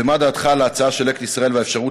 ומה דעתך על ההצעה של "לקט ישראל" והאפשרות